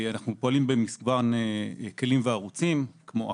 אנחנו פועלים במגוון כלים וערוצים כמו אכיפה,